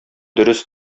дөрес